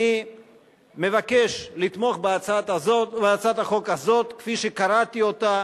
אני מבקש לתמוך בהצעת החוק הזאת כפי שקראתי אותה.